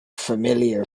familiar